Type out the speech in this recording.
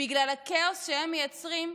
בגלל הכאוס שהם מייצרים,